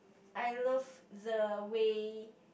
I love the way